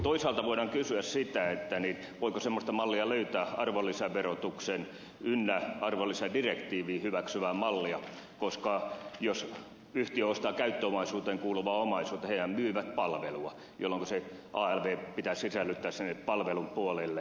toisaalta voidaan kysyä sitä voiko semmoista mallia löytää arvonlisäverotuksen ynnä arvonlisädirektiivin hyväksyvää mallia koska jos yhtiö ostaa käyttöomaisuuteen kuuluvaa omaisuutta ja hyvä palvelu ja nouse se alv pitäisi sisällyttää sinne palvelun puolelle sehän myy palvelua